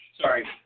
Sorry